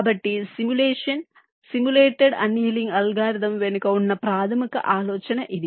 కాబట్టి simulation simulated annealing algorithm వెనుక ఉన్న ప్రాథమిక ఆలోచన ఇది